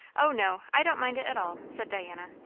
o no, i don't mind it at all, said diana.